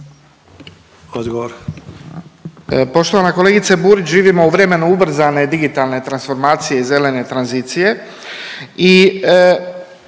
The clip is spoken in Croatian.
Odgovor.